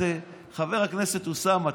חבר הכנסת אוסאמה,